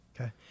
Okay